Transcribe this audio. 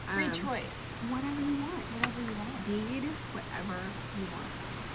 i mean choice. whatever you want. whatever you want. bead whatever you want.